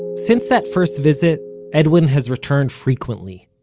since that first visit edwin has returned frequently.